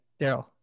Daryl